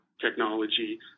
technology